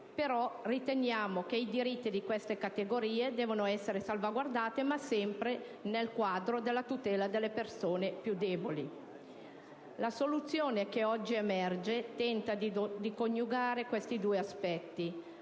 Riteniamo però che i diritti di queste categorie debbano essere salvaguardati, sempre nel quadro delle tutela delle persone più deboli. La soluzione che oggi emerge tenta di coniugare questi due aspetti,